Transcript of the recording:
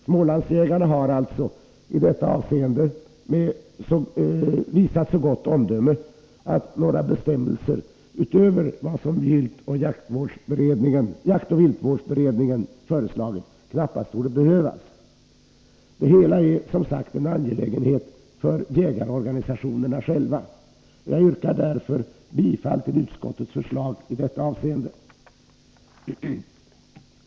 Smålandsjägarna har alltså i detta avseende visat så gott omdöme, att några bestämmelser utöver vad jaktoch viltvårdsberedningen föreslagit knappast torde behövas. Det hela är som sagt en angelägenhet för jägarorganisationerna själva. Jag yrkar därför bifall till utskottets förslag i detta avseende.